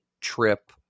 trip